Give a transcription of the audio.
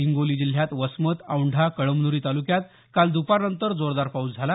हिंगोली जिल्ह्यात वसमत औंढा कळमन्री तालुक्यात काल दुपारनंतर जोरदार पाऊस झाला